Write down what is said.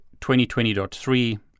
2020.3